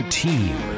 team